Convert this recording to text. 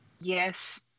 yes